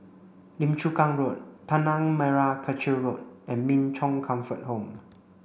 Lim Chu Kang Road Tanah Merah Kechil Road and Min Chong Comfort Home